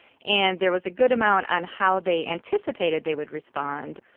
and there was a good amount on how they anticipated they would respond.